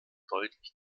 deutlich